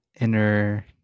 inner